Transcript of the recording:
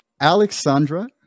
alexandra